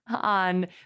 on